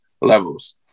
levels